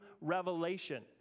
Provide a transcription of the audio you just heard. revelation